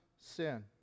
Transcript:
sin